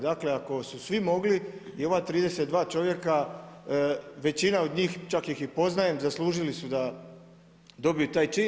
Dakle, ako su svi mogli i ova 32 čovjeka većina od njih čak ih i poznajem, zaslužili su da dobiju taj čin.